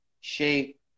shape